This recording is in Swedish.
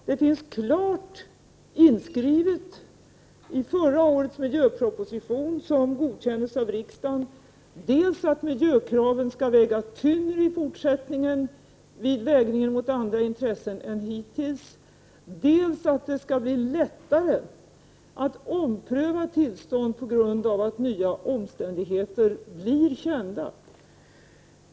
Det är klart inskrivet i förra årets miljöproposition, som godkändes av riksdagen, dels att miljökraven skall väga tyngre i fortsättningen och vid vägningen mot andra intressen än hittills, dels att det skall bli lättare att ompröva tillstånd på grund av att nya omständigheter blir kända.